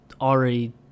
already